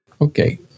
Okay